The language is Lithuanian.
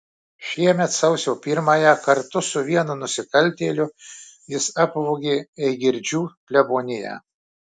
šiemet sausio pirmąją kartu su vienu nusikaltėliu jis apvogė eigirdžių kleboniją